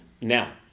Now